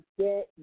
get